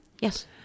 Yes